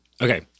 Okay